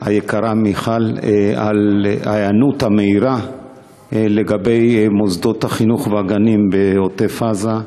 היקרה מיכל על ההיענות המהירה לגבי מוסדות החינוך והגנים בעוטף-עזה.